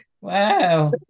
Wow